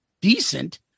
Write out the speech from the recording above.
decent